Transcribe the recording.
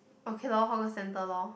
okay lor hawker center lor